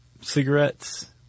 cigarettes